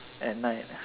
at night